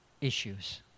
issues